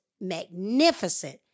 magnificent